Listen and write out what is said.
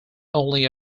only